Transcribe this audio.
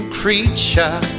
creature